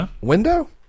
Window